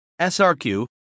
SRQ